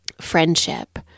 friendship